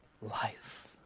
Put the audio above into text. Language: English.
life